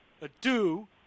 ado